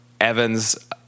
Evans